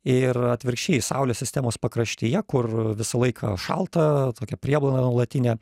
ir atvirkščiai saulės sistemos pakraštyje kur visą laiką šalta tokia prieblanda nuolatinė